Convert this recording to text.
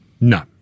No